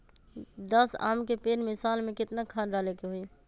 दस आम के पेड़ में साल में केतना खाद्य डाले के होई?